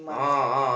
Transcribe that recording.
my